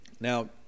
Now